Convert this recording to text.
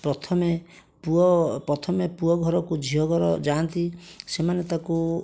ପ୍ରଥମେ ପୁଅ ପ୍ରଥମେ ପୁଅ ଘରକୁ ଝିଅ ଘର ଯାଆନ୍ତି ସେମାନେ ତାକୁ